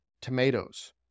tomatoes